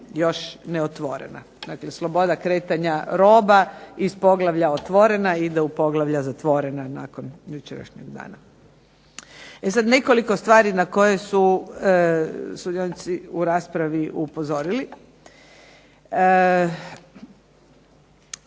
još neotvorena. Dakle, Sloboda kretanja roba iz poglavlja otvorena ide u poglavlja zatvorena ide nakon jučerašnjeg dana. E sada nekoliko stvari na koje su sudionici u raspravi upozorili.